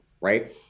right